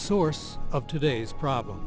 source of today's problems